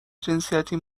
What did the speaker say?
جنسیتی